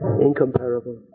Incomparable